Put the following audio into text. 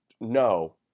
No